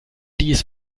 dies